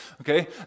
Okay